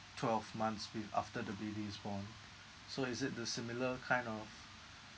twelve months be~ after the baby is born so is it the similar kind of